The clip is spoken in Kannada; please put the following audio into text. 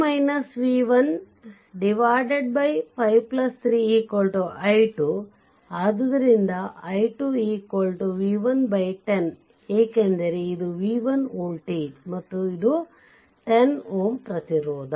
ಆದ್ದರಿಂದ i2 v1 10 ಏಕೆಂದರೆ ಇದು v1ವೋಲ್ಟೇಜ್ ಮತ್ತು ಇದು 10 Ωಪ್ರತಿರೋಧ